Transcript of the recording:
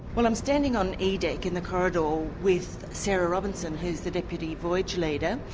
but i'm standing on e deck in the corridor with sarah robinson who's the deputy voyage leader.